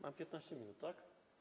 Mam 15 minut, tak?